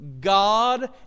God